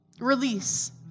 Release